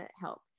help